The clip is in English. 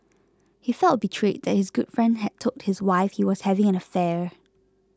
he felt betrayed that his good friend had told his wife he was having an affair